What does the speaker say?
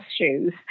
shoes